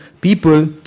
people